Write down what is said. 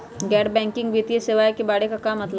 गैर बैंकिंग वित्तीय सेवाए के बारे का मतलब?